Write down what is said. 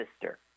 sister